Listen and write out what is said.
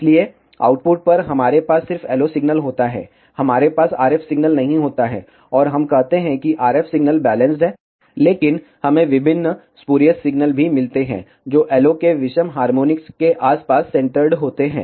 इसलिए आउटपुट पर हमारे पास सिर्फ LO सिग्नल होता है हमारे पास RF सिग्नल नहीं होता है और हम कहते हैं कि RF सिग्नल बैलेंस्ड है लेकिन हमें विभिन्न स्पुरियस सिग्नल भी मिलते हैं जो LO के विषम हार्मोनिक्स के आसपास सेंटर्ड होते हैं